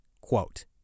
quote